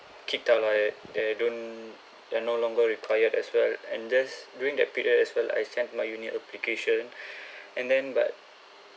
kicked out like they don't they are no longer required as well and just during that period as well I sent my uni application and then but